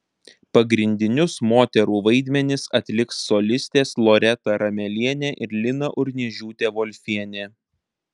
pagrindinius moterų vaidmenis atliks solistės loreta ramelienė ir lina urniežiūtė volfienė